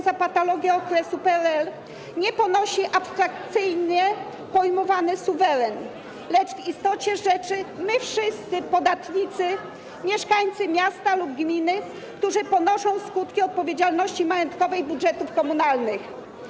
Odpowiedzialności za patologię okresu PRL nie ponosi abstrakcyjnie pojmowany suweren, lecz w istocie rzeczy my wszyscy, podatnicy, mieszkańcy miasta lub gminy, którzy ponoszą skutki odpowiedzialności majątkowej budżetów komunalnych.